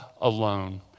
alone